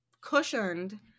cushioned